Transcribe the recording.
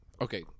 Okay